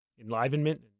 enlivenment